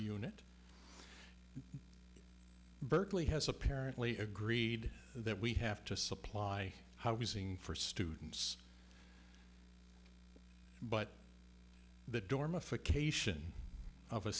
nit berkeley has apparently agreed that we have to supply housing for students but the